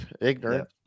Ignorant